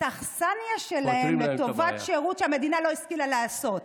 את האכסניה שלהם לטובת שירות שהמדינה לא השכילה לעשות.